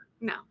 No